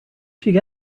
does